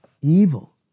Evil